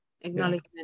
acknowledgement